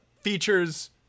features